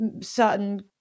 certain